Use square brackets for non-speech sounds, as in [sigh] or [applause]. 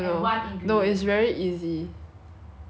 yes [laughs] !huh! then why you ask me